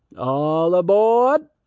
all abawd.